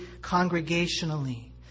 congregationally